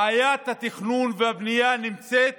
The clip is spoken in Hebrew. בעיית התכנון והבנייה נמצאת